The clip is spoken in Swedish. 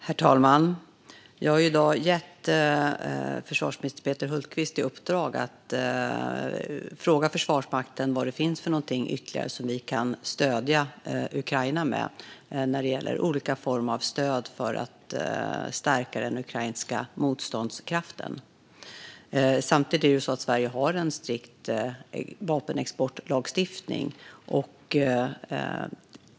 Herr talman! Jag har i dag gett försvarsminister Peter Hultqvist i uppdrag att fråga Försvarsmakten vad det finns för någonting ytterligare som vi kan stödja Ukraina med när det gäller olika former av stöd för att stärka den ukrainska motståndskraften. Samtidigt är det så att Sverige har en strikt vapenexportlagstiftning.